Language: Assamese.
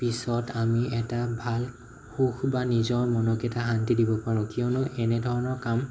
পিছত আমি এটা ভাল সুখ বা নিজৰ মনক এটা শান্তি দিব পাৰোঁ কিয়নো এনে ধৰণৰ কাম